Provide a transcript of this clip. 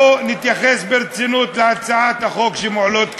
בואו נתייחס ברצינות להצעות החוק שמועלות כאן,